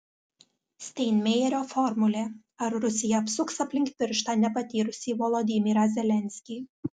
steinmeierio formulė ar rusija apsuks aplink pirštą nepatyrusį volodymyrą zelenskį